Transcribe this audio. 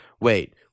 wait